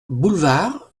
boulevard